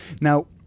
now